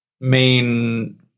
main